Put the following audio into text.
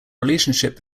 relationship